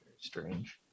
Strange